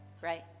right